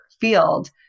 field